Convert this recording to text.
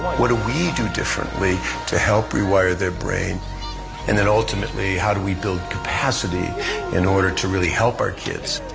what do we do differently to help rewire their brain and then ultimately how do we build capacity in order to really help our kids?